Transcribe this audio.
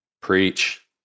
Preach